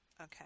Okay